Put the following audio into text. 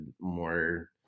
more